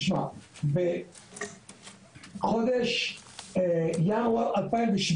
תשמע, בחודש ינואר 2017,